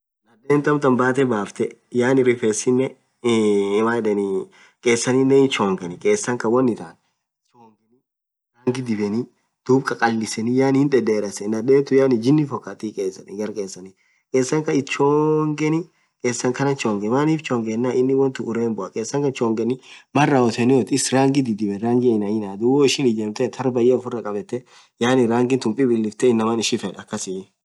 Nadhethi amtan bathe bafthe yaani rifessinen iiiiii maan yedheni khesanin hinchobgeni khesan Khan won itan kesan kha kesan Khan chongeni rangi dhibeni dhub kkhakhalisen yaani hin dhadherasan nadhen tun yaani jini fokkathi garr khensani ithi chongeni khesan khanan chongeni manif chongeni yenan won thun uremboa khesan chongen Mal rawothenithu iss rangi dhidhibeni rangi aina aina woo ishin ijemthethu harkh bayya ufurah khabethee yaani rangi Thu pipilfthe inaman ishifedh akasii